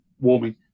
Warming